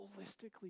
holistically